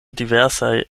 diversaj